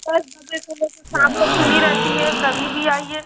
दस बजे से लेकर शाम तक खुली रहती है कभी भी आइए